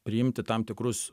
priimti tam tikrus